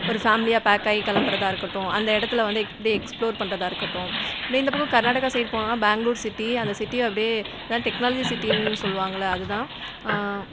ஒரு ஃபேமிலியாக பேக் ஆகி கிளம்புறதா இருக்கட்டும் அந்த இடத்துல வந்து எப்படி எக்ஸ்ப்ளோர் பண்ணுறதா இருக்கட்டும் அப்படியே இந்த பக்கம் கர்நாடகா சைடு போனோன்னால் பெங்களூர் சிட்டி அந்த சிட்டியை அப்படியே டெக்னாலஜி சிட்டின்னு சொல்வாங்கள்லே அது தான்